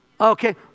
Okay